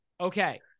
Okay